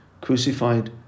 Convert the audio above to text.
crucified